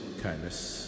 kindness